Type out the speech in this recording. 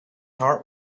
heart